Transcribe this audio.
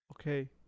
Okay